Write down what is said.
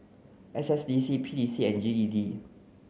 S S D C P E C and G E D